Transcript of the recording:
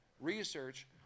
research